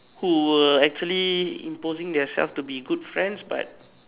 who were actually imposing their self to be good friends but